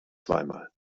zweimal